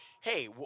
hey